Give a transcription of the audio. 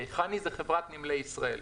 חברת נמלי ישראל